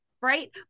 right